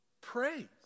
praise